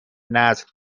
نسل